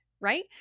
right